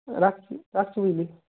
রাখছি রাখছি বুঝলি